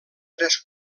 tres